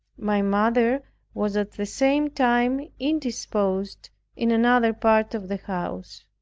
my mother was at the same time indisposed in another part of the house.